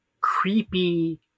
creepy